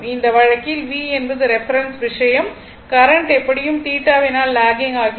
இந்த வழக்கில் V என்பது ரெஃபரென்ஸ் விஷயம் கரண்ட் எப்படியும் θ வினால் லாகிங் ஆகிறது